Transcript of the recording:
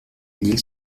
lisle